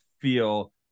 feel